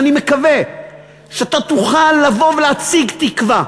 ואני מקווה שתוכל לבוא ולהציג תקווה.